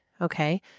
Okay